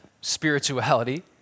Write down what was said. spirituality